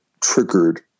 triggered